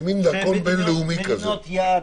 כמין דרכון בין לאומי כזה.